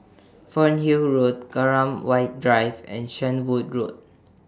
Fernhill Road Graham White Drive and Shenvood Road